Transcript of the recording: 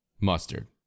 mustard